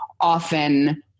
often